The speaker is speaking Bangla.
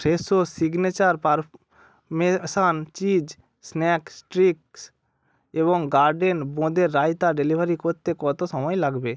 Fresho signature parmesan cheese snacks tricks এবং গার্ডেন বোঁদের রায়তা ডেলিভারি করতে কত সময় লাগবে